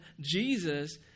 Jesus